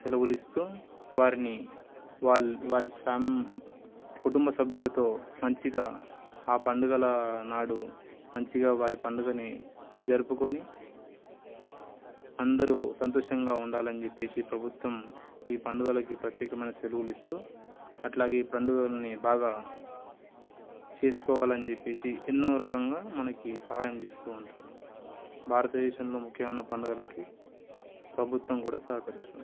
సెలవులు ఇస్తు వారిని వాళ్ళ వారి ఫ్యామ్ కుటుంబ సభ్యులతో మంచిగా ఆ పండుగల నాడు మంచిగా వారి పండుగని జరుపుకొని అందరు సంతోషంగా ఉండాలని చెప్పి ప్రభుత్వం ఈ పండుగలకి ప్రత్యేకమైన సెలవులు ఇస్తు అట్లాగే ఈ పండుగలని బాగా చేసుకోవాలని చెప్పి ఎన్నో రకంగా మనకి సహాయం చేస్తు ఉంటుంది భారతదేశంలో ముఖ్యమైన పండుగలకి ప్రభుత్వం కూడా సహకరిస్తుంది